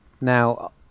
Now